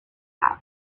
house